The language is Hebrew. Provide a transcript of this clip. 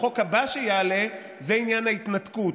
החוק הבא שיעלה זה עניין ההתנתקות.